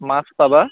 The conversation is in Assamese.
মাছ পাবা